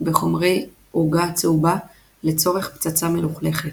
בחומרי עוגה צהובה לצורך פצצה מלוכלכת.